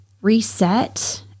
reset